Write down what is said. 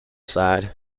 sighed